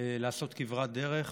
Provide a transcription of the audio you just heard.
לעשות כברת דרך,